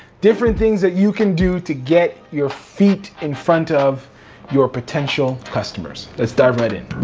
different things that you can do to get your feet in front of your potential customers. let's dive right in.